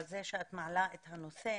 על זה שאת מעלה את הנושא.